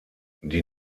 die